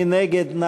מי נגד?